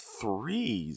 three